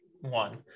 one